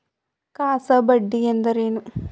CASA ಬಡ್ಡಿ ಎಂದರೇನು?